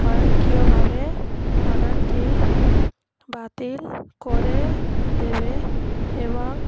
স্বয়ংক্রিয়ভাবে অর্ডারটি বাতিল করে দেবে এবং